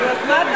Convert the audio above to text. אז מה אתה אומר?